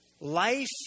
Life